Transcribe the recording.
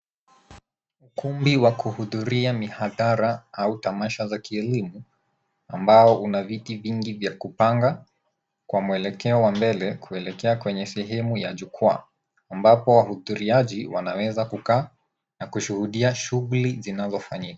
Ukumbi wa kuhudhuria mihadhara au tamasha za kielimu ambao una viti vingi vya kupanga kwa mwelekeo wa mbele kuelekea kwenye sehemu ya jukwaa ambapo wahudhuriaji wanaweza kukaa na kushuhudia shughuli zinazofanyika.